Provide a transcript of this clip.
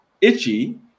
itchy